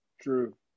True